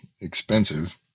expensive